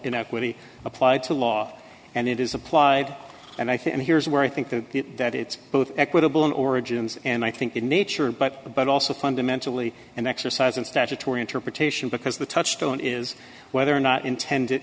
in equity applied to law and it is applied and i think here is where i think that that it's both equitable and origins and i think in nature but but also fundamentally an exercise in statutory interpretation because the touchstone is whether or not intended